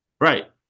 Right